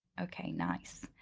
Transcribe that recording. okay, nice.